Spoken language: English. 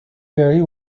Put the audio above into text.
very